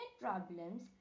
problems